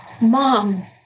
Mom